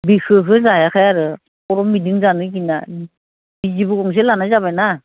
बेखौसो जायाखै आरो खर' गिदिं जानो गिना बिजिबो गंसे लानाय जाबायना